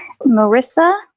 Marissa